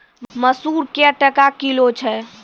मसूर क्या टका किलो छ?